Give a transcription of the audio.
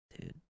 Dude